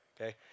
Okay